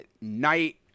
night